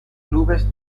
clubes